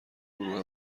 گروه